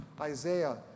Isaiah